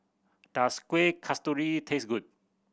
does Kueh Kasturi taste good